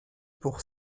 pour